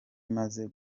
maze